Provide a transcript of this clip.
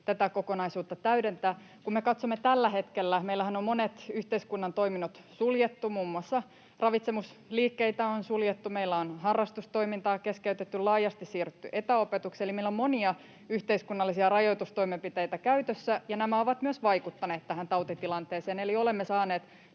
tätä kokonaisuutta täydentää. Kun me katsomme tällä hetkellä, meillähän on monet yhteiskunnan toiminnot suljettu — muun muassa ravitsemusliikkeitä on suljettu, meillä on harrastustoimintaa keskeytetty, laajasti siirrytty etäopetukseen — eli meillä on monia yhteiskunnallisia rajoitustoimenpiteitä käytössä, nämä ovat myös vaikuttaneet tähän tautitilanteeseen, eli olemme saaneet